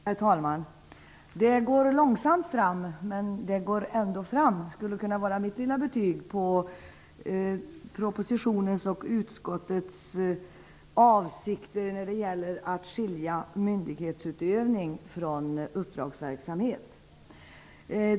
Herr talman! Det går långsamt fram, men det går ändå fram! Det skulle kunna vara mitt lilla betyg på propositionens och utskottets avsikter när det gäller att skilja myndighetsutövning från uppdragsverksamhet.